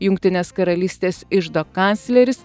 jungtinės karalystės iždo kancleris